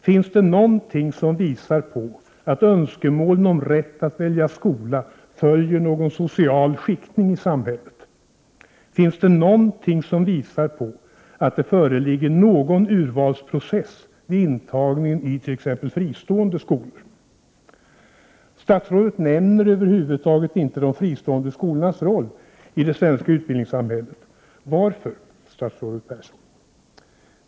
Finns det någonting som visar att önskemålen om rätten att välja skola följer någon social skiktning i samhället? Finns det någonting som visar att det föreligger en urvalsprocess vid intagningen till t.ex. fristående skolor? Statsrådet nämner över huvud taget inte i sitt svar de fristående skolornas roll i det svenska utbildningssamhället. Varför, statsrådet Persson?